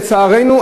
לצערנו,